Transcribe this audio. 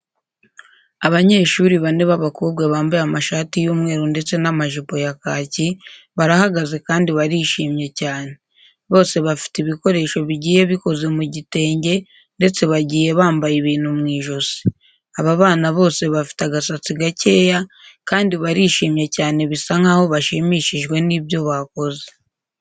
Abanyeshuri bane b'abakobwa bambaye amashati y'umweru ndetse n'amajipo ya kaki, barahagaze kandi barishimye cyane. Bose bafite ibikoresho bigiye bikoze mu gitenge ndetse bagiye bambaye ibintu mu ijosi. Aba bana bose bafite agasatsi gakeya kandi barishimye cyane bisa nkaho bashimishijwe n'ibyo bakoze.